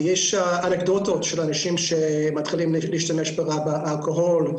ויש אנקדוטות של אנשים שמתחילים להשתמש באלכוהול,